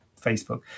Facebook